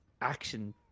action